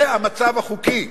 זה המצב החוקי.